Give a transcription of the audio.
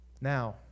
Now